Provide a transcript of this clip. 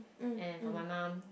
and for my mum